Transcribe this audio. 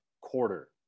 quarter